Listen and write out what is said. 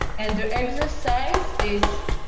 and the exercise is